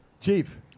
Chief